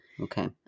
okay